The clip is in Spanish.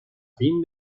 fin